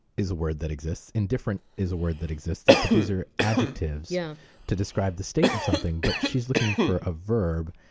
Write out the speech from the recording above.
is a word that exists! indifferent! is a word that exists, but these are adjectives yeah to describe the state of something. but she's looking for a verb,